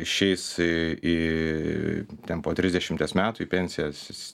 išeis į ten po trisdešimties metų į pensijas